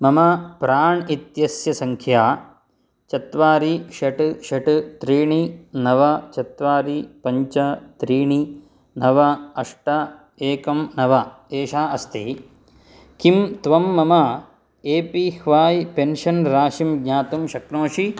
मम प्राण् इत्यस्य सङ्ख्या चत्वारि षट् षट् त्रीणि नव चत्वारि पञ्च त्रीणि नव अष्ट एकं नव एषा अस्ति किं त्वं मम ए पी व्हाय् पेन्शन् राशिं ज्ञातुं शक्नोषि